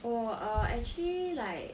oh err actually like